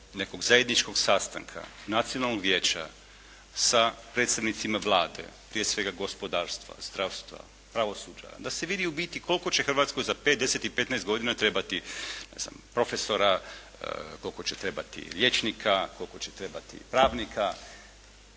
nekog zajedničkog sastanka Nacionalnog vijeća sa predstavnicima Vlade, prije svega gospodarstva, zdravstva, pravosuđa da se vidi u biti koliko će Hrvatskoj za 5, 10 i 15 godina trebati ne znam profesora, koliko će trebati liječnika, koliko će trebati pravnika